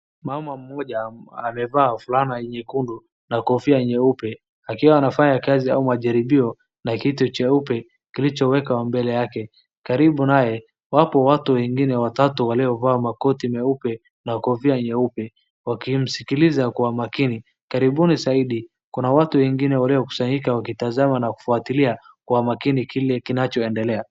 Mama mmoja amevaa fulana nyekundu, na kofia nyeupe, akiwa anafanya kazi au majaribio na kitu cheupe kilichowekwa mbele yake. Karibu naye, wapo watu wengine watatu waliovaa makoti meupe na kofia nyeupe, wakimsikiliza kwa makini. Karibuni zaidi, kuna watu wengine waliokusanyika wakitazama na kufuatilia kwa makini kile kinachoendelea.